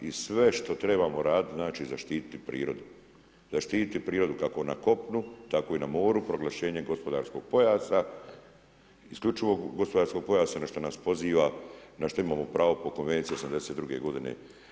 I sve što trebamo raditi, znači zaštititi prirodu, zaštititi prirodu kako na kopnu tako i na moru proglašenje gospodarskog pojasa, isključivo gospodarskog pojasa na što nas poziva, na što imamo pravo po Konvenciji '82. godine Ujedinjenih naroda.